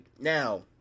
now